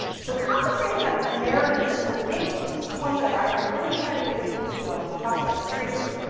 so, concentrating on ah narrative, and this is a big one. this is one that i really try to get people to ah to talk about seriously.